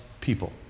people